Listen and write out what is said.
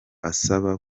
asaba